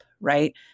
right